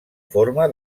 forma